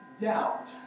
doubt